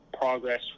progress